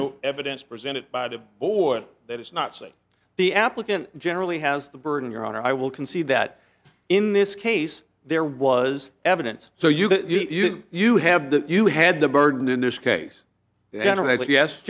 no evidence presented by the board that it's not say the applicant generally has the burden your honor i will concede that in this case there was evidence so you that you did you have the you had the burden in this case yes